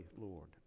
Lord